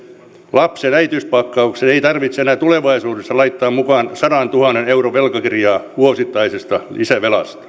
lapsen äitiyspakkaukseen ei tarvitse enää tulevaisuudessa laittaa mukaan sadantuhannen euron velkakirjaa vuosittaisesta lisävelasta